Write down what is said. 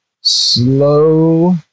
slow